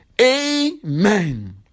Amen